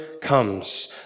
comes